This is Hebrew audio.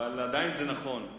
אבל עדיין זה נכון,